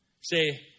Say